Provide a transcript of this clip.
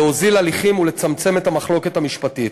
להוזיל הליכים ולצמצם את המחלוקת המשפטית.